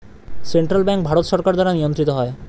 central bank Bharat সরকার দ্বারা নিয়ন্ত্রিত হয়